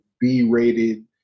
B-rated